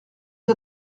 lès